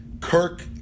Kirk